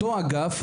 אותו אגף,